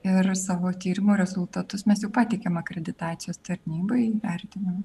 ir savo tyrimų rezultatus mes jau pateikėm akreditacijos tarnybai vertinimui